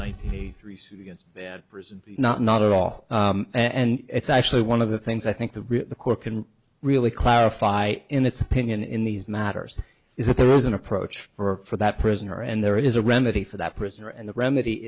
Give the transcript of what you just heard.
ninety three suit against prison not not at all and it's actually one of the things i think the court can really clarify in its opinion in these matters is that there is an approach for that prisoner and there is a remedy for that prisoner and the remedy